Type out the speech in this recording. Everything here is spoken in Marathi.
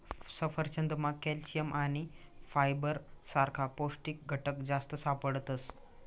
सफरचंदमझार कॅल्शियम आणि फायबर सारखा पौष्टिक घटक जास्त सापडतस